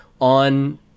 on